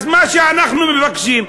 אז מה שאנחנו מבקשים,